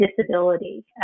disability